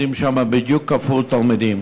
לומדים שם בדיוק כפול תלמידים.